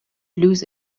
lose